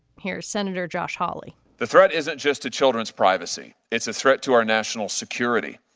here's senator josh hawley the threat isn't just a children's privacy. it's a threat to our national security.